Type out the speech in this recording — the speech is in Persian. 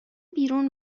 بیرون